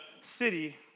city